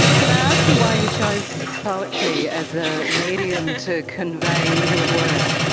can i ask you why you chose poetry as a medium to convey your work?